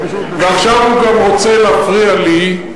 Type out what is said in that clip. ועכשיו הוא גם רוצה להפריע לי,